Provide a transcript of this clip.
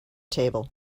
table